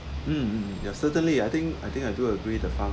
mm ya certainly I think I think I do agree the fund